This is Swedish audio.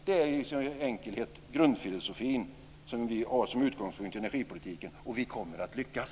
Det är i sin enkelhet grundfilosofin som vi har som utgångspunkt i energipolitiken, och vi kommer att lyckas.